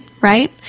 right